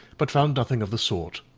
but found nothing of the sort,